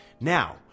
Now